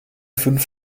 fünf